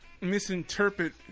misinterpret